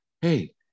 Hey